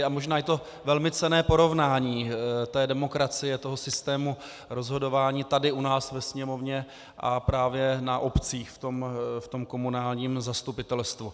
A možná je to velmi cenné porovnání té demokracie, toho systému rozhodování tady u nás ve Sněmovně a právě na obcích v komunálním zastupitelstvu.